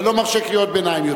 ואני לא מרשה קריאות ביניים יותר.